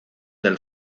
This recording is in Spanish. del